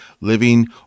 living